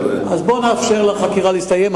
אני יודע, אז בוא נאפשר לחקירה להסתיים.